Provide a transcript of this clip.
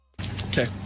Okay